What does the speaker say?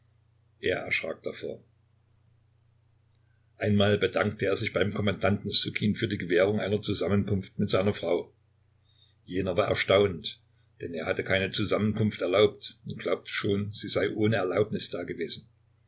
er erschrak davor einmal bedankte er sich beim kommandanten ssukin für die gewährung einer zusammenkunft mit seiner frau jener war erstaunt denn er hatte keine zusammenkunft erlaubt und glaubte schon sie sei ohne erlaubnis dagewesen